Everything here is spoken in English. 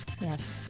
Yes